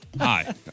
Hi